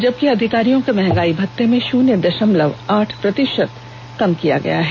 जबकि अधिकारियों के महंगाई भत्ते में शून्य दशमलव आठ प्रतिशत कम किया गया है